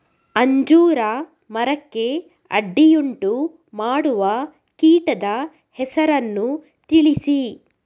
ಅಂಜೂರ ಮರಕ್ಕೆ ಅಡ್ಡಿಯುಂಟುಮಾಡುವ ಕೀಟದ ಹೆಸರನ್ನು ತಿಳಿಸಿ?